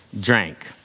drank